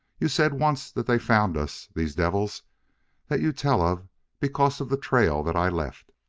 you said once that they found us these devils that you tell of because of the trail that i left.